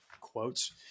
quotes